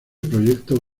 proyectos